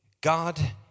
God